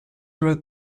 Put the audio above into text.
wrote